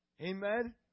Amen